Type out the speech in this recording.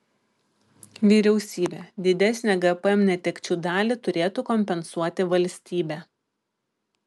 vyriausybė didesnę gpm netekčių dalį turėtų kompensuoti valstybė